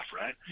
right